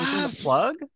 Plug